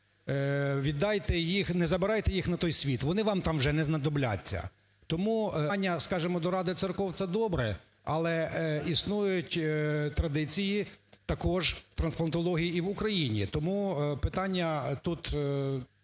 Віддайте їх. Не забирайте їх на той світ, вони вам там вже не знадобляться". Тому апелювання, скажем, до Ради церков – це добре. Але існують традиції також трансплантології і в Україні. Тому питання тут